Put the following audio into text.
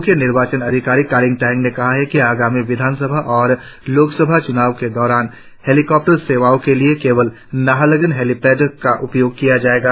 मुख्य निर्वाचन अधिकारी कलिंग तायेंग ने कहा कि आगामी विधान सभा और लोकसभा चुनावों के दौरान हेलिकॉप्टर सेवाओं के लिए केवल नाहरलगुन हेलीपैड का उपयोग किया जाएगा